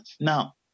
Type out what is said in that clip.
now